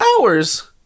hours